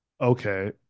Okay